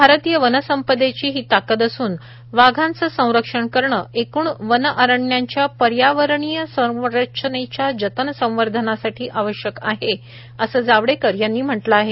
भारतीय वनसंपदेची ही ताकद असून वाघांचं संरक्षण करणं एकूण वन अरण्यांच्या पर्यावरणीय संरचनेच्या जतन संवर्धनासाठी आवश्यक आहे असं जावडेकर यांनी म्हटलं आहे